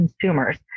consumers